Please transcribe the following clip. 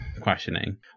questioning